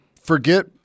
forget